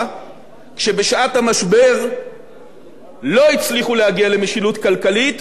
כשבשעת המשבר לא הצליחו להגיע למשילות כלכלית,